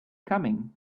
coming